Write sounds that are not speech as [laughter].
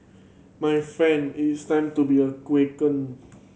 my friend it's time to be a [unintelligible]